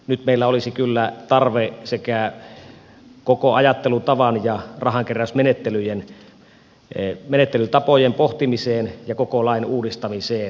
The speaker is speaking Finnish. nyt meillä olisi kyllä tarve koko ajattelutavan ja rahankeräysmenettelytapojen pohtimiseen ja koko lain uudistamiseen